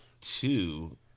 two